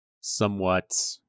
somewhat